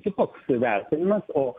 kitoks vertinimas o